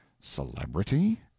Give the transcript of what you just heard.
celebrity